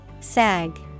sag